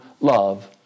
love